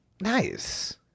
Nice